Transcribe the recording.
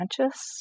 conscious